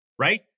Right